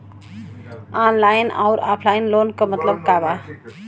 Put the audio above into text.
Online अउर offline loan क मतलब का बा?